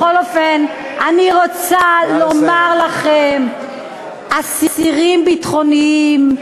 בכל אופן, אני רוצה לומר לכם: אסירים ביטחוניים,